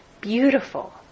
beautiful